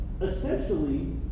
essentially